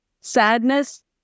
sadness